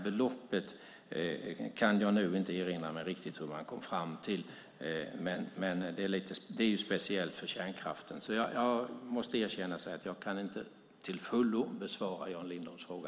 Beloppet kan jag nu inte erinra mig riktigt hur man kom fram till, men det är speciellt för kärnkraften. Jag måste alltså erkänna att jag inte till fullo kan besvara Jan Lindholms fråga.